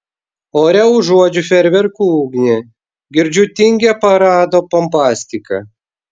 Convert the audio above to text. ore užuodžiu fejerverkų ugnį girdžiu tingią parado pompastiką